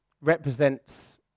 represents